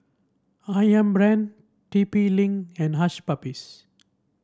ayam Brand T P Link and Hush Puppies